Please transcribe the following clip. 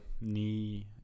knee